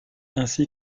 ainsi